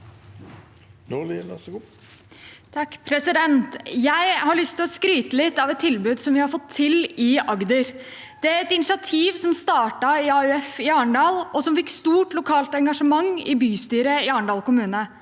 Jeg har lyst til å skry- te litt av et tilbud vi har fått til i Agder. Det er et initiativ som startet i AUF i Arendal, og som fikk stort lokalt engasjement i bystyret i Arendal kommune.